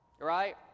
Right